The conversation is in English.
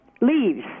leaves